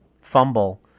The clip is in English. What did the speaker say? fumble